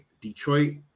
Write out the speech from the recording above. Detroit